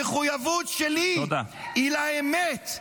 המחויבות שלי היא לאמת,